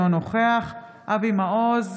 אינו נוכח אבי מעוז,